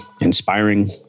inspiring